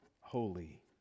holy